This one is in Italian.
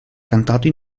cantato